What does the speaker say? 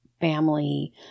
family